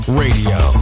radio